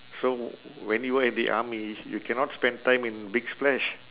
so when you were in the army you cannot spend time in big splash